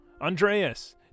Andreas